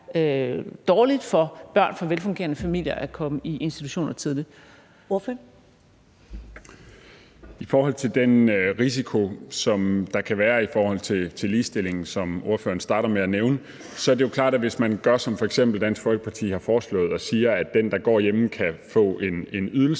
(Karen Ellemann): Ordføreren. Kl. 16:49 Jens Joel (S): I forhold til den risiko, som der kan være i forhold til ligestilling, og som ordføreren starter med at nævne, så er det klart, at hvis man gør, som f.eks. Dansk Folkeparti har foreslået, og siger, at den, der går hjemme, kan få en ydelse,